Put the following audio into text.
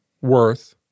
worth